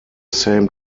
same